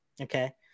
Okay